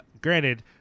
granted